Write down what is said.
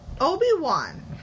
Obi-Wan